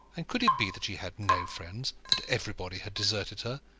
and could it be that she had no friends that everybody had deserted her,